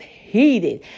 heated